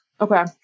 Okay